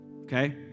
Okay